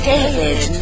David